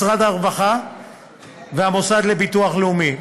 משרד הרווחה והמוסד לביטוח לאומי,